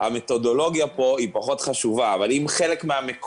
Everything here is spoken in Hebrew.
אז כן אני הייתי רוצה להוסיף ואני גם רוצה